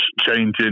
changing